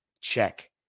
check